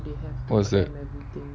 was that